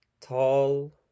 tall